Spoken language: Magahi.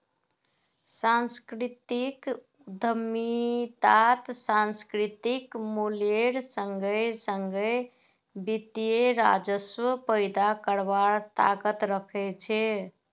सांस्कृतिक उद्यमितात सांस्कृतिक मूल्येर संगे संगे वित्तीय राजस्व पैदा करवार ताकत रख छे